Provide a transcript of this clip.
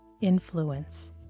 influence